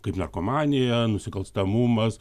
kaip narkomanija nusikalstamumas